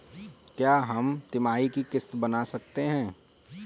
क्या हम तिमाही की किस्त बना सकते हैं?